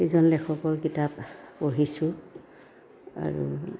কেইজনৰ লেখকৰ কিতাপ পঢ়িছোঁ আৰু